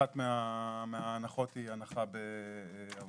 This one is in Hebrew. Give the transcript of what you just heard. אחת מההטבות היא הנחה בארנונה.